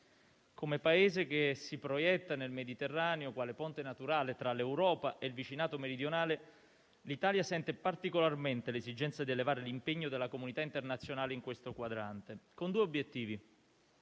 Come Paese che si proietta nel Mediterraneo quale ponte naturale tra l'Europa e il vicinato meridionale, l'Italia sente particolarmente l'esigenza di elevare l'impegno della comunità internazionale in questo quadrante, con due obiettivi: